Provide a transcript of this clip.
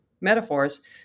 metaphors